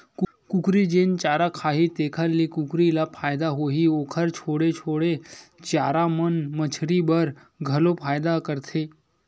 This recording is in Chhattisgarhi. कुकरी जेन चारा खाही तेखर ले कुकरी ल फायदा होही, ओखर छोड़े छाड़े चारा मन मछरी बर घलो फायदा करथे